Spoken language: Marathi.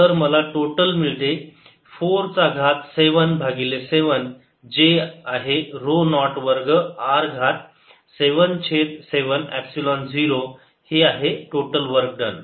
हे आहे r चा घात 6 तर मला मिळते 4 चा घात 7 भागिले 7 जे आहे ऱ्हो नॉट वर्ग r घात 7 छेद 7 एपसिलोन 0 हे आहे टोटल वर्क डन